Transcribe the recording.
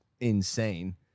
insane